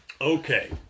Okay